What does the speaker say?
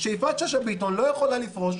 שיפעת שאשא ביטון לא יכולה לפרוש